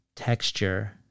texture